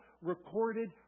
recorded